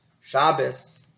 Shabbos